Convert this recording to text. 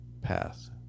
path